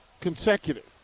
Consecutive